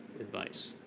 advice